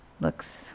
looks